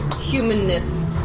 Humanness